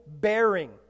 bearing